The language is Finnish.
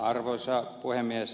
arvoisa puhemies